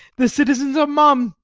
the citizens are mum,